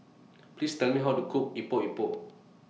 Please Tell Me How to Cook Epok Epok